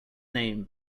name